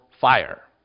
fire